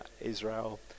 Israel